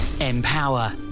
empower